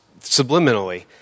subliminally